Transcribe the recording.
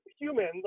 humans